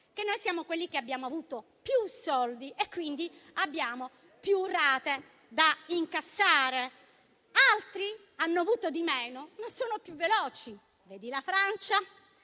che noi siamo quelli che abbiamo avuto più soldi e quindi abbiamo più rate da incassare. Altri hanno avuto di meno, ma sono più veloci, vedi la Francia.